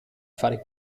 fare